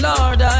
Lord